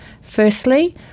Firstly